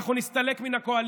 אנחנו נסתלק מן הקואליציה.